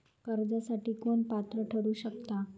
कर्जासाठी कोण पात्र ठरु शकता?